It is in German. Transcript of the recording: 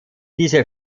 diese